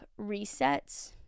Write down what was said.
resets